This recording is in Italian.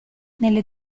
nelle